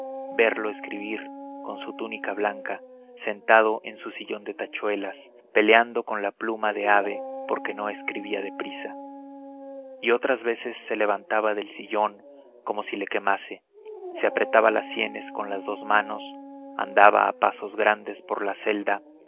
verlo escribir con su túnica blanca sentado en su sillón de tachuelas peleando con la pluma de ave porque no escribía de prisa y otras veces se levantaba del sillón como si le quemase se apretaba las sienes con las dos manos andaba a pasos grandes por la celda